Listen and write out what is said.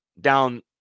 down